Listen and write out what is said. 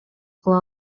кыла